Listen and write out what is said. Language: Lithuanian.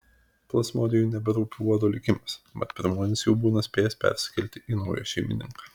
plazmodijui neberūpi uodo likimas mat pirmuonis jau būna spėjęs persikelti į naują šeimininką